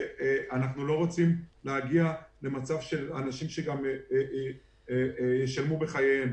ואנחנו לא רוצים להגיע למצב שאנשים ישלמו בחייהם.